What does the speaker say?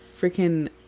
freaking